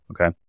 Okay